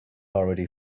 already